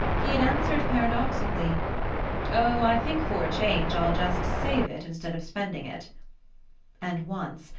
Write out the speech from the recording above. he had answered paradoxically oh, i think for a change i'll just save it instead of spending it and once,